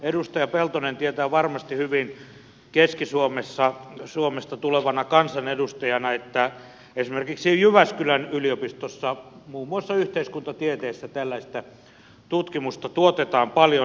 edustaja peltonen tietää varmasti hyvin keski suomesta tulevana kansanedustajana että esimerkiksi jyväskylän yliopistossa muun muassa yhteiskuntatieteissä tällaista tutkimusta tuotetaan paljon